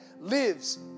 lives